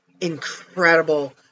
incredible